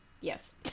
yes